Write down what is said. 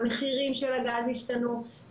המחירים של הגז ישתנו,